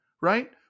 right